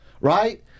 right